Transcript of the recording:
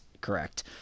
correct